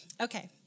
Okay